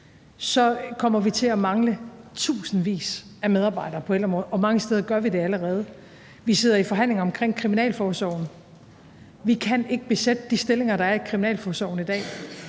vi kommer til at mangle tusindvis af medarbejdere på ældreområdet, og mange steder gør vi det allerede. Vi sidder i forhandlinger omkring kriminalforsorgen. Vi kan ikke besætte de stillinger, der er i kriminalforsorgen i dag.